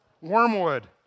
Wormwood